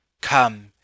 Come